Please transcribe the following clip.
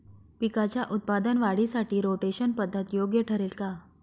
पिकाच्या उत्पादन वाढीसाठी रोटेशन पद्धत योग्य ठरेल का?